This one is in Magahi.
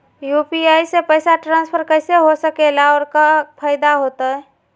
यू.पी.आई से पैसा ट्रांसफर कैसे हो सके ला और का फायदा होएत?